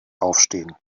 aufstehen